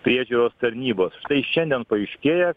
priežiūros tarnybos štai šiandien paaiškėja